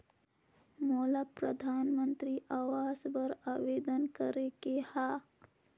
मोला परधानमंतरी आवास बर आवेदन करे के हा?